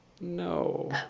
No